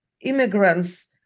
immigrants